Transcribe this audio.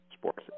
sports